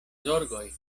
zorgoj